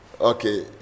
Okay